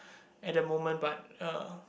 at the moment but uh